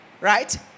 Right